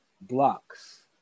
blocks